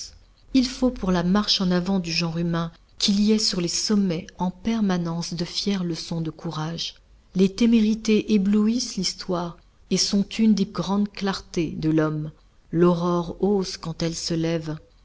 il faut pour la marche en avant du genre humain qu'il y ait sur les sommets en permanence de fières leçons de courage les témérités éblouissent l'histoire et sont une des grandes clartés de l'homme l'aurore ose quand elle se lève